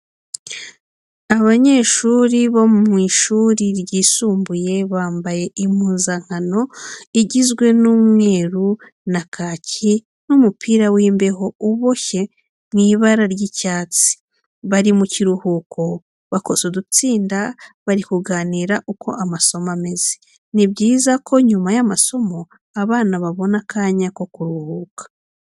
Abanyeshuli bo mu ishuri ryisumbuye bambaye impuzankano igizwe n'umweru na kaki n'umupira w'imbeho uboshye mu ibara ry'icyatsi. Bari mu kiruhuko, bakoze udutsinda bari kuganira uko amasomo ameze. Ni byiza ko nyuma y'amasomo abana babona akanya ko kuruhuka.